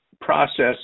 process